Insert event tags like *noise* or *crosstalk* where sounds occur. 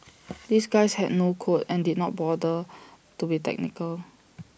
*noise* these guys had no code and didn't bother to be tactical